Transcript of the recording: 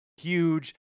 huge